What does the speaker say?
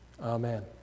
Amen